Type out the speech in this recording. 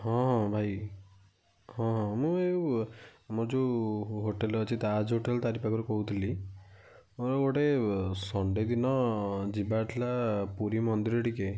ହଁ ହଁ ଭାଇ ହଁ ହଁ ମୁଁ ଆମର ଯେଉଁ ହୋଟେଲ୍ ଅଛି ତାଜ୍ ହୋଟେଲ୍ ତାରି ପାଖରୁ କହୁଥିଲି ମୋର ଗୋଟେ ସଣ୍ଡେ ଦିନ ଯିବାର ଥିଲା ପୁରୀ ମନ୍ଦିର ଟିକେ